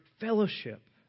fellowship